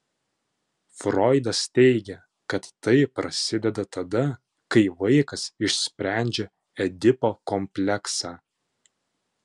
froidas teigė kad tai prasideda tada kai vaikas išsprendžia edipo kompleksą